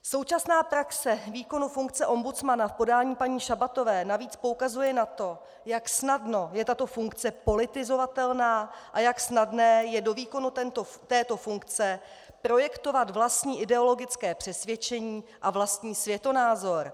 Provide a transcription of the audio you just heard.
Současná praxe výkonu funkce ombudsmana v podání paní Šabatové navíc poukazuje na to, jak snadno je tato funkce politizovatelná a jak snadné je do výkonu této funkce projektovat vlastní ideologické přesvědčení a vlastní světonázor.